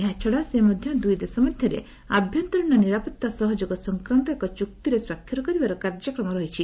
ଏହାଛଡା ସେ ମଧ୍ୟ ଦୁଇଦେଶ ମଧ୍ୟରେ ଆଭ୍ୟନ୍ତରୀଣ ନିରାପତ୍ତା ସହଯୋଗ ସଂକ୍ରାନ୍ତ ଏକ ଚୁକ୍ତିରେ ସ୍ୱାକ୍ଷର କରିବାର କାର୍ଯ୍ୟକ୍ରମ ରହିଛି